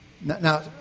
Now